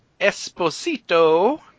Esposito